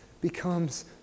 becomes